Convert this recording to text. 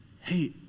Hey